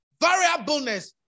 variableness